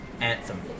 Anthem